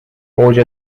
اوج